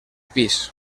pis